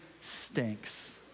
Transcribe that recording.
stinks